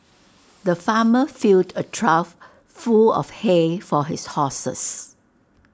the farmer filled A trough full of hay for his horses